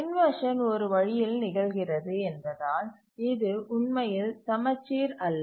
inversion ஒரு வழியில் நிகழ்கிறது என்பதால் இது உண்மையில் சமச்சீர் அல்ல